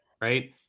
right